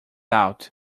out